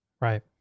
Right